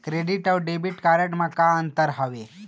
Credit अऊ debit card म का अंतर हावे?